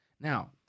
Now